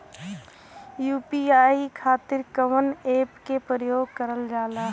UPI खातीर कवन ऐपके प्रयोग कइलजाला?